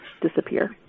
disappear